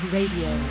Radio